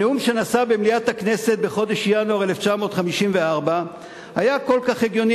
הנאום שנשא במליאת הכנסת בחודש ינואר 1954 היה כל כך הגיוני